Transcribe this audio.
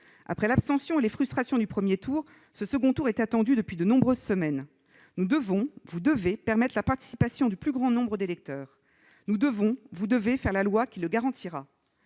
Après l'abstention et les frustrations du premier tour, ce second tour est attendu depuis de nombreuses semaines. Nous devons, vous devez permettre la participation du plus grand nombre d'électeurs. Nous devons, vous devez faire la loi qui le garantira.